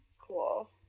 Cool